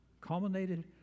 Culminated